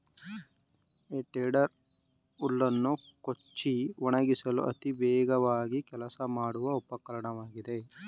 ಹೇ tedder ಹುಲ್ಲನ್ನು ಕೊಚ್ಚಿ ಒಣಗಿಸಲು ಅತಿ ವೇಗವಾಗಿ ಕೆಲಸ ಮಾಡುವ ಉಪಕರಣವಾಗಿದೆ